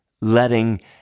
letting